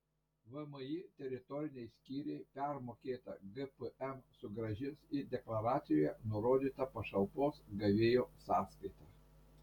vmi teritoriniai skyriai permokėtą gpm sugrąžins į deklaracijoje nurodytą pašalpos gavėjo sąskaitą